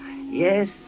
Yes